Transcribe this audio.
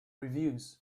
reviews